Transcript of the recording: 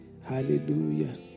Hallelujah